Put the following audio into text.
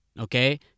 Okay